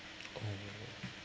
oh